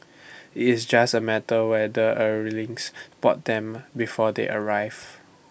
IT is just A matter whether Earthlings spot them before they arrive